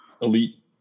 elite